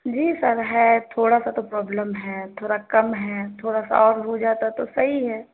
جی sir ہے تھوڑا سا تو پرابلم ہے تھوڑا کم ہے تھوڑا سا اور ہو جاتا تو صحیح ہے